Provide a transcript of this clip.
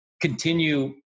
continue